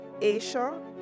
Asia